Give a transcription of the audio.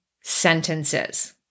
sentences